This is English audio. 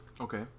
Okay